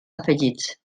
afegits